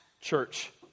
church